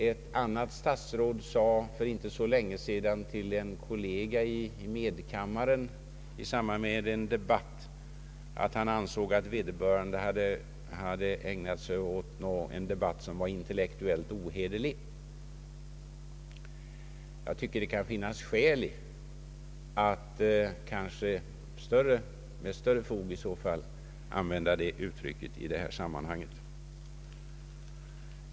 Ett annat statsråd sade för inte så länge sedan till en ledamot i medkammaren att han ansåg att vederbörande ägnat sig åt en debatt som var intellektuellt ohederlig. Jag tycker det kan finnas skäl att med större fog använda det uttrycket i detta sammanhang.